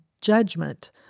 judgment